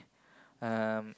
um